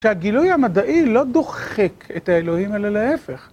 שהגילוי המדעי לא דוחק את האלוהים אלא להפך.